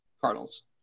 Cardinals